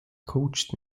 coached